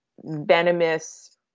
venomous